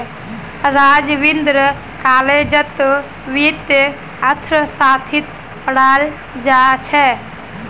राघवेंद्र कॉलेजत वित्तीय अर्थशास्त्र पढ़ाल जा छ